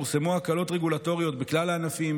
פורסמו הקלות רגולטוריות בכלל הענפים,